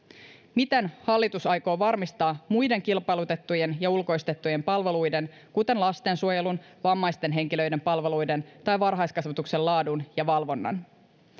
miten hallitus aikoo varmistaa muiden kilpailutettujen ja ulkoistettujen palveluiden kuten lastensuojelun vammaisten henkilöiden palveluiden tai varhaiskasvatuksen laadun ja valvonnan